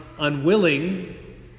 unwilling